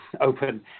open